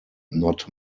not